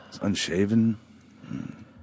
Unshaven